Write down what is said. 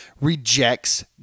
rejects